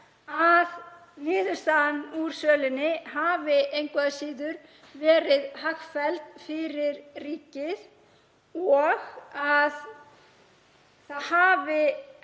að niðurstaðan úr sölunni hafi engu að síður verið hagfelld fyrir ríkið og að ekki hafi